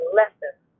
lessons